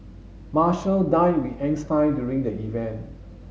Marshall dined with Einstein during the event